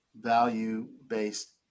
value-based